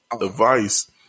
advice